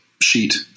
sheet